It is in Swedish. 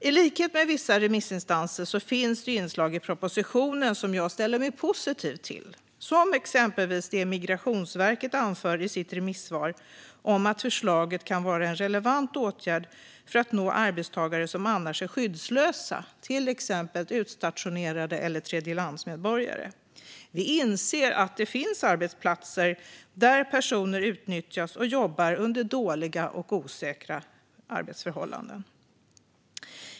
I likhet med vissa remissinstanser finns det inslag i propositionen som jag ställer mig positiv till, exempelvis det Migrationsverket anför i sitt remissvar om att förslaget kan vara en relevant åtgärd för att nå arbetstagare som annars är skyddslösa. Det kan handla om utstationerade arbetstagare eller tredjelandsmedborgare. Vi inser att det finns arbetsplatser där personer utnyttjas och jobbar under dåliga och osäkra arbetsförhållanden.